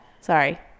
Sorry